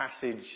passage